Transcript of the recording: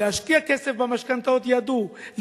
להשקיע כסף במשכנתאות ידעו,